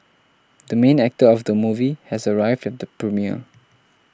the main actor of the movie has arrived at the premiere